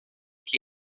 que